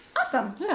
Awesome